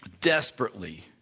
desperately